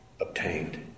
obtained